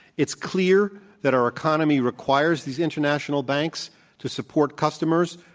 it's clear that our economy requires these international banks to support customers.